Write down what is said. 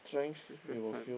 recess time